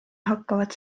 hakkavad